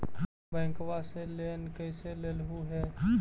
बैंकवा से लेन कैसे लेलहू हे?